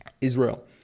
Israel